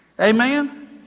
Amen